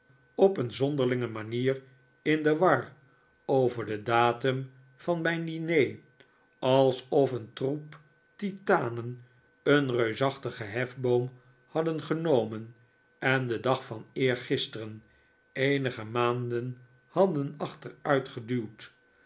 op een zonderlinge manier in de war over den datum van mijn diner alsof een troep titanen een reusachtigen hefboom hadden genomen en den dag van eergisteren eenige maanden hadden